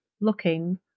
looking